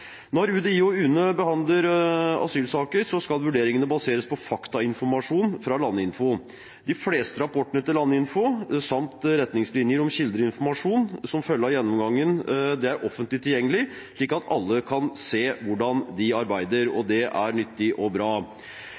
Når UDI og UNE behandler asylsaker, skal vurderingene baseres på faktainformasjon fra Landinfo. De fleste rapportene fra Landinfo – samt deres retningslinjer for kilde- og informasjonsanalyse – som følge av gjennomgangen, er offentlig tilgjengelige, slik at alle kan se hvordan de arbeider. Det er nyttig og bra.